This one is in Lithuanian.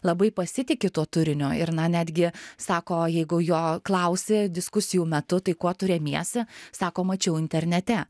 labai pasitiki tuo turiniu ir na netgi sako jeigu jo klausi diskusijų metu tai kuo tu remiesi sako mačiau internete